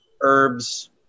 herbs